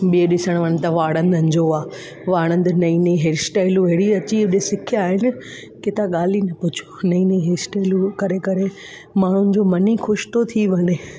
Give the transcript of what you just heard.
ॿियो ॾिसणु वञ त वाणंदनि जो आहे वाणंद नईं नईं हेयर स्टाइलूं अहिड़ी अची अॼु सिखिया आहिनि की तव्हां ॻाल्हि ई न पुछो नईं नईं हेयर स्टाइलूं करे करे माण्हुनि जो मन ई ख़ुशि थो थी वञे